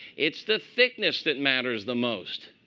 it's the thickness that matters the most.